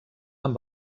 amb